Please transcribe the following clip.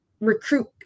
recruit